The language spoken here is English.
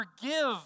forgive